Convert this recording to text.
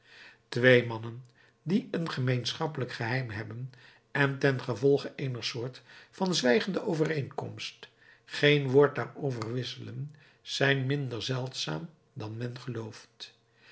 twee mannen die een gemeenschappelijk geheim hebben en ten gevolge eener soort van zwijgende overeenkomst geen woord daarover wisselen zijn minder zeldzaam dan men gelooft